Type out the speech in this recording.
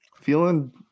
feeling